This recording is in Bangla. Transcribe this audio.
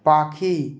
পাখি